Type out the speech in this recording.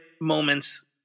moments